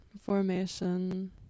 formation